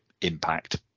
impact